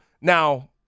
Now –